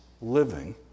living